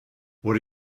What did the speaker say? what